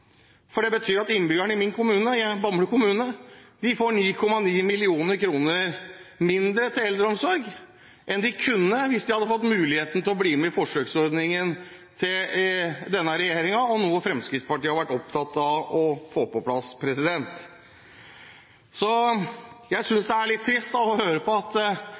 for det betyr at innbyggerne i min hjemkommune, Bamble, får 9,9 mill. kr mindre til eldreomsorg enn de kunne fått hvis de hadde fått mulighet til å bli med i denne regjeringens forsøksordning. Det er noe Fremskrittspartiet har vært opptatt av å få på plass. Jeg synes det er litt trist å høre på at